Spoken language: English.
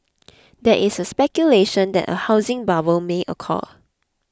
there is speculation that a housing bubble may occur